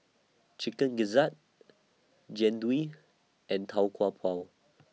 Chicken Gizzard Jian Dui and Tau Kwa Pau